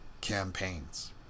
campaigns